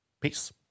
Peace